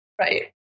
Right